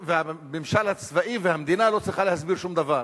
והממשל הצבאי והמדינה לא צריכים להסביר שום דבר.